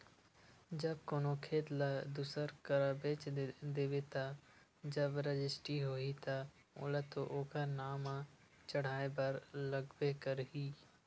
जब कोनो खेत ल दूसर करा बेच देबे ता जब रजिस्टी होही ता ओला तो ओखर नांव म चड़हाय बर लगबे करही